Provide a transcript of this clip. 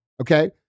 Okay